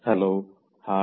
hello hi